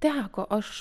teko aš